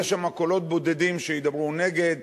יהיו שם קולות בודדים שידברו נגד,